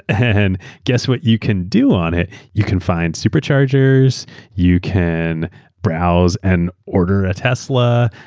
and guess what you can do on it? you can find superchargers you can browse and order a tesla.